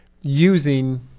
using